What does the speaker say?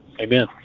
Amen